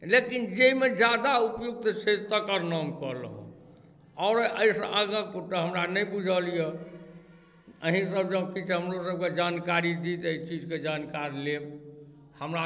लेकिन जहिमे जादा उपयुक्त छै तेकर नाम कहलहुँ हम आओर एहिसँ आगाँ के तऽ हमरा नहि बुझल यऽ एहि सब जँ किछु हमरो सबके किछु जानकारी दी तऽ एहि चीजके जानकार लेब हमरा